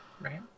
Right